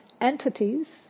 entities